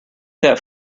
that